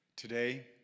Today